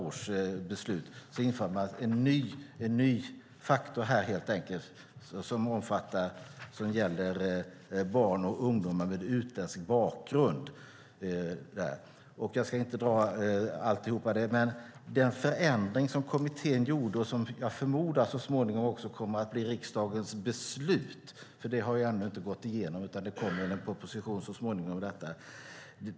Man införde helt enkelt en ny faktor som gäller barn och ungdomar med utländsk bakgrund. Jag ska inte dra alltihop, men kommittén gjorde en förändring som jag förmodar också kommer att bli riksdagens beslut så småningom. Det har ännu inte gått igenom, utan det kommer väl så småningom en proposition om detta.